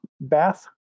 bath